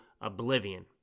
oblivion